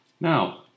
Now